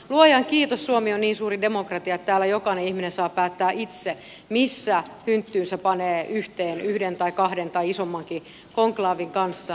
luojan kiitos suomi on niin suuri demokratia että täällä jokainen ihminen saa päättää itse missä hynttyynsä panee yhteen yhden tai kahden tai isommankin konklaavin kanssa